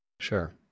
Sure